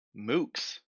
Mooks